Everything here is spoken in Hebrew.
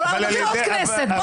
אז נקנה עוד כנסת.